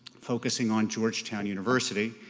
focusing on georgetown university.